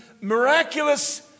miraculous